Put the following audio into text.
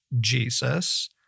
Jesus